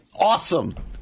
Awesome